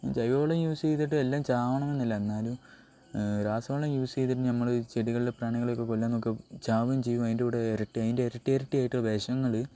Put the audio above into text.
ജൈവവളം യൂസ് ചെയ്തിട്ട് എല്ലാം ചാവണമെന്നില്ല എന്നാലും രാസവളം യൂസ് ചെയ്തിട്ട് നമ്മൾ ചെടികളിലെ പ്രാണികളെയൊക്കെ കൊല്ലാൻ നോക്കും ചാവുകയും ചെയ്യും അതിൻ്റെ കൂടെ ഇരട്ടി അതിൻ്റെ ഇരട്ടി ഇരട്ടിയായിട്ട് വിഷങ്ങൾ